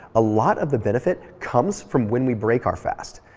a lot of the benefit comes from when we break our fast.